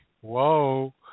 whoa